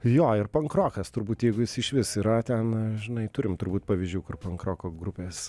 jo ir pankrokas turbūt jeigu jis išvis yra ten žinai turim turbūt pavyzdžių kur pankroko grupės